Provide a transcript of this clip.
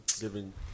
Giving